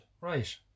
right